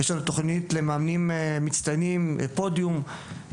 יש לנו תכנית למאמנים מצטיינים, פודיום,